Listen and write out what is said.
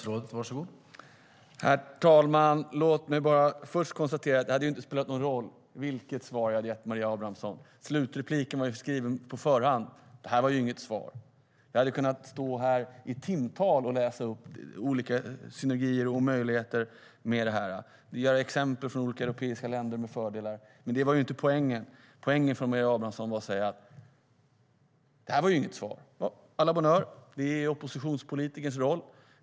Herr talman! Det hade inte spelat någon roll vilket svar jag hade gett Maria Abrahamsson. Slutanförandet var skrivet på förhand: "Det här var inget svar! "Jag hade kunnat stå här i timtal och läsa upp olika synergieffekter och möjligheter, ge exempel på fördelar från olika europeiska länder. Men det var inte poängen. Maria Abrahamssons poäng var att säga att det inte var ett svar. À la bonne heure! Det är oppositionspolitikerns roll.